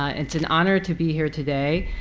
ah it's an honor to be here today.